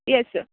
yes sir